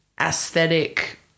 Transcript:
aesthetic